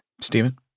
Stephen